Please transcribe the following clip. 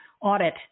audit